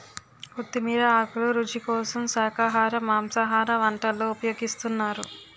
కొత్తిమీర ఆకులు రుచి కోసం శాఖాహార మాంసాహార వంటల్లో ఉపయోగిస్తున్నారు